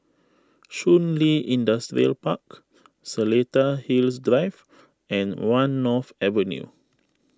Shun Li Industrial Park Seletar Hills Drive and one North Avenue